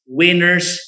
winners